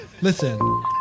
Listen